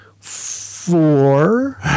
four